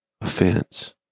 offense